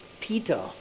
Peter